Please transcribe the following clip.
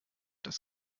das